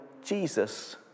Jesus